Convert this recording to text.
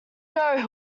know